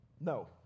No